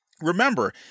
Remember